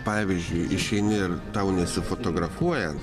pavyzdžiui išeini ir tau nesifotografuoja